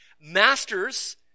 Masters